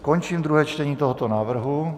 Končím druhé čtení tohoto návrhu.